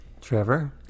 Trevor